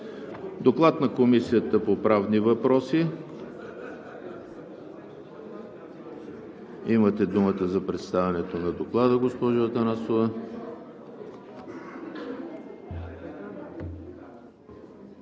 Доклад на Комисията по правни въпроси. Имате думата за представяне на Доклада, госпожо Атанасова.